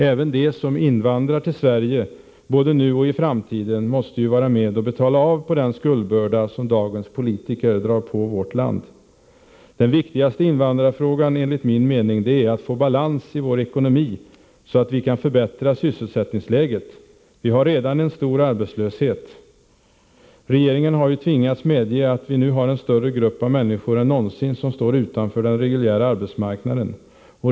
Även de som invandrar till Sverige, både nu och i framtiden, måste ju vara med och betala av på den skuldbörda som dagens politiker drar på vårt land. Den viktigaste invandrarfrågan är enligt min mening att få balans i vår ekonomi, så att vi kan förbättra sysselsättningsläget. Vi har redan en stor arbetslöshet. Regeringen har ju tvingats medge att en större grupp av människor än någonsin nu står utanför den reguljära arbetsmarknaden.